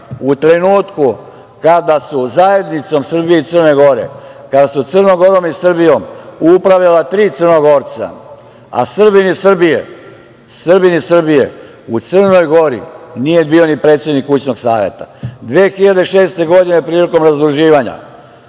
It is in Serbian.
u trenutku kada su Zajednicom Srbije i Crne Gore, kada su Crnom Gorom i Srbijom upravljala tri Crnogorca, a Srbin iz Srbije u Crnoj Gori nije bio ni predsednik kućnog saveta, 2006. godine, prilikom razdruživanja,